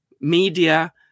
media